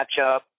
matchup